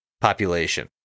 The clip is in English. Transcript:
population